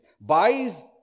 buys